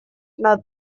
над